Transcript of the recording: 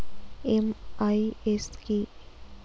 MIS কি?